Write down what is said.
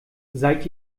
seid